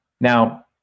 now